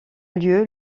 lieu